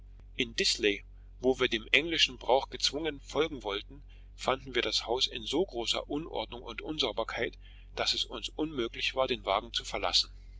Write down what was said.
in disley wo wir dem englischen gebrauch gezwungen folgen wollten fanden wir das haus in so großer unordnung und unsauberkeit daß es uns unmöglich war den wagen zu verlassen